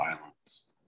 violence